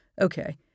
Okay